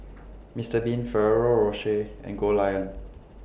Mr Bean Ferrero Rocher and Goldlion